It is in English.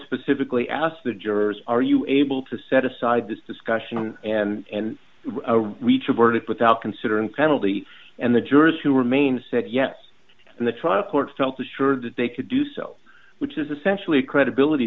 specifically asked the jurors are you able to set aside this discussion and reach a verdict without considering the penalty and the jurors who remained said yes in the trial court felt assured that they could do so which is essentially a credibility